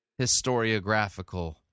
historiographical